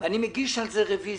ואני מגיש על זה רוויזיה